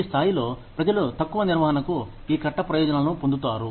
ఈ స్థాయిలో ప్రజలు తక్కువ నిర్వహణకు ఈ కట్ట ప్రయోజనాలను పొందుతారు